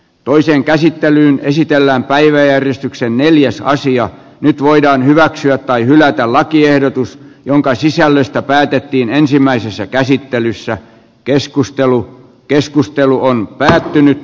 toiseen käsittelyyn esitellään päiväjärjestyksen neljäs sija nyt voidaan hyväksyä tai hylätä lakiehdotus jonka sisällöstä päätettiin ensimmäisessä käsittelyssä keskustelu keskustelu on päätynyt